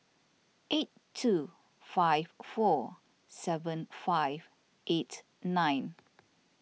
eight two five four seven five eight nine